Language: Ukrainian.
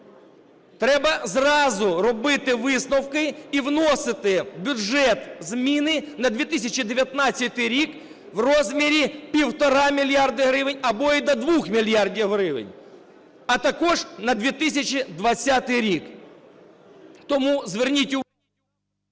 Треба зразу робити висновки і вносити в бюджет зміни на 2019 рік в розмірі півтора мільярда гривень, або і до 2 мільярдів гривень, а також на 2020 рік. Тому зверніть увагу…